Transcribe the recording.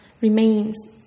remains